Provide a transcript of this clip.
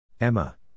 Emma